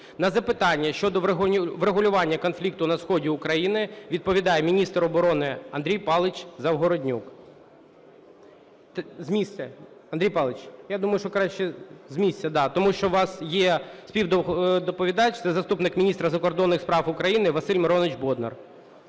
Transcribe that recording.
На запитання щодо врегулювання конфлікту на сході України відповідає міністр оборони Андрій Павлович Загороднюк. З місця. Андрій Павлович, я думаю, що краще з місця, да, тому що у вас є співдоповідач, це заступник міністра закордонних справ України Василь Миронович Боднар.